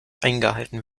eingehalten